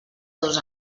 dos